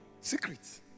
Secrets